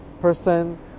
person